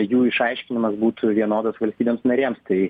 jų išaiškinimas būtų vienodas valstybėms narėms tai